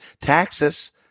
taxes